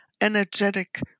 energetic